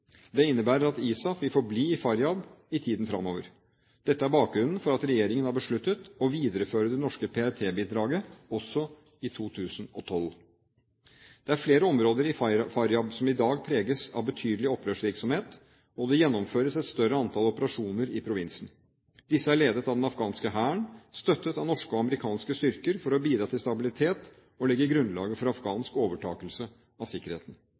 Det innebærer at ISAF vil forbli i Faryab i tiden fremover. Dette er bakgrunnen for at regjeringen har besluttet å videreføre det norske PRT-bidraget også i 2012. Det er flere områder i Faryab som i dag preges av betydelig opprørsvirksomhet, og det gjennomføres et større antall operasjoner i provinsen. Disse er ledet av den afghanske hæren, støttet av norske og amerikanske styrker for å bidra til stabilitet og legge grunnlaget for afghansk overtakelse av sikkerheten.